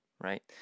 right